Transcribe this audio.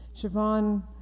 Siobhan